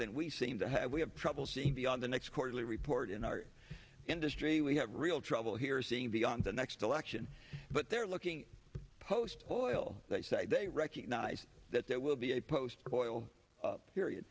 then we seem to have we have trouble seeing beyond the next quarterly report in our industry we have real trouble here seeing beyond the next election but they're looking post oil they say they recognize that there will be a post coital period